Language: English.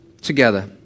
together